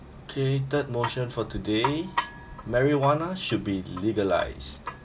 okay third motion for today marijuana should be legalised